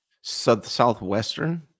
Southwestern